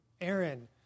Aaron